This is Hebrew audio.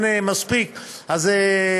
כשאין מספיק אז זה חסר.